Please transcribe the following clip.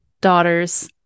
daughters